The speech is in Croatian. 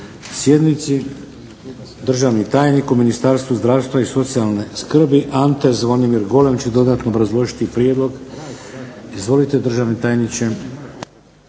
sjednici. Državni tajnik u Ministarstvu zdravstva i socijalne skrbi Ante Zvonimir Golem će dodatno obrazložiti prijedlog. Izvolite, državni tajniče.